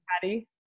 Patty